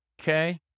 okay